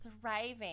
thriving